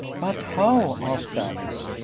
but how? asked alice.